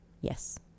Yes